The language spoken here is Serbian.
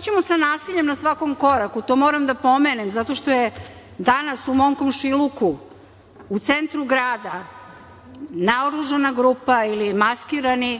ćemo sa nasiljem na svakom koraku? To moram da pomenem zato što je danas u mom komšiluku, u centru grada, naoružana grupa ili maskirani